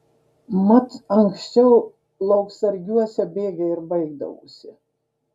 mat anksčiau lauksargiuose bėgiai ir baigdavosi